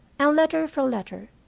and letter for letter,